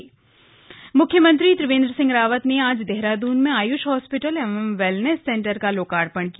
लोकार्पण मुख्यमंत्री त्रिवेन्द्र सिंह रावत ने आज देहरादून में आयुष हॉस्पिटल एवं वेलनेस सेंटर का लोकार्पण किया